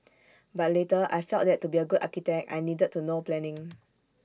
but later I felt that to be A good architect I needed to know planning